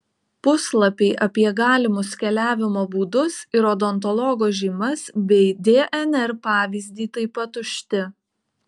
puslapiai apie galimus keliavimo būdus ir odontologo žymas bei dnr pavyzdį taip pat tušti